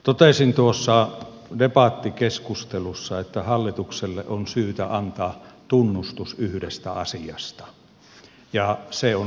totesin tuossa debattikeskustelussa että hallitukselle on syytä antaa tunnustus yhdestä asiasta ja se on läpinäkyvyys